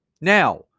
Now